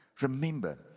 Remember